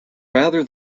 rather